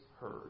heard